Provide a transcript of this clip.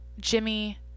Jimmy